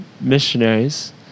missionaries